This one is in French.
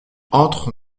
entre